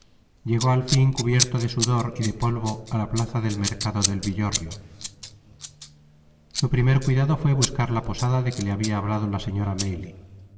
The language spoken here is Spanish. llegó al fin cubierto de sudor y de polvo á la plaza del mercado del villorrio su primer cuidado fué buscar la posada de que le habia hablado la señora